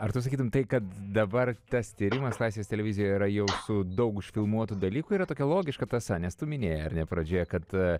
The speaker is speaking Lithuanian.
ar tu sakytum tai kad dabar tas tyrimas laisvės televizijoj yra jau su daug užfilmuotų dalykų yra tokia logiška tąsa nes tu minėjai ar ne pradžioje kad